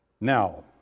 Now